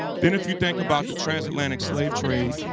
then, if you think about the transatlantic slave trade,